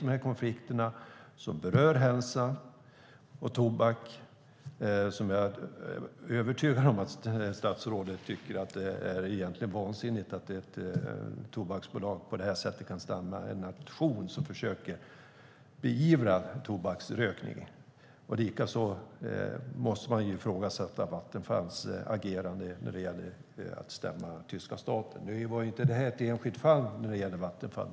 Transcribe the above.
Vi har konflikterna som berör hälsa och tobak, och jag är övertygad om att statsrådet egentligen tycker att det är vansinnigt att ett tobaksbolag kan hindra en nation som försöker beivra tobaksrökningen. Likaså måste man ifrågasätta Vattenfalls agerande när det gäller att stämma den tyska staten. Nu var inte det här ett enskilt fall för Vattenfall.